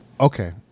okay